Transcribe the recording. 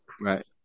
Right